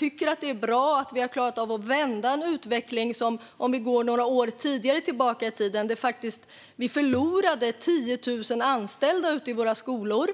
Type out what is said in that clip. Det är bra att vi har klarat av att vända utvecklingen. Några år tillbaka i tiden förlorade vi 10 000 anställda i våra skolor,